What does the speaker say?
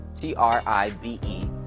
T-R-I-B-E